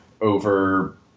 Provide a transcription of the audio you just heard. over